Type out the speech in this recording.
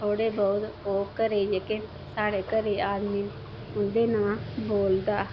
थोडे बहूत ओह् घरे गी जेहके साढ़े घरे दे ने उंदे नां बोलदा